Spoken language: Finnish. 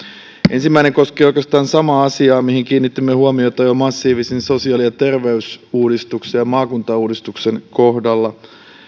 ensimmäinen koskee oikeastaan samaa asiaa mihin kiinnitimme huomiota jo massiivisen sosiaali ja terveysuudistuksen ja maakuntauudistuksen kohdalla